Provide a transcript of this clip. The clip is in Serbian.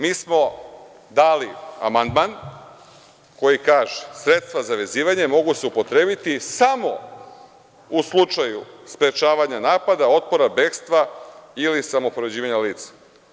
Mi smo dali amandman koji kaže: „Sredstva za vezivanje mogu se upotrebiti samo u slučaju sprečavanja napada, otpora, bekstva ili samopovređivanja lica“